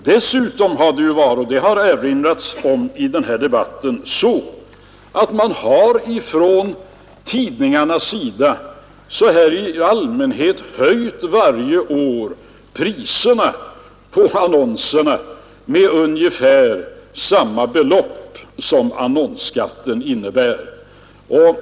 Dessutom har man, som det har erinrats om i denna debatt, från tidningarnas sida i allmänhet höjt priserna på annonserna varje år med ungefär samma belopp som annonsskatten uppgår till.